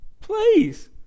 Please